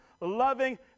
loving